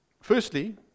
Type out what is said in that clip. Firstly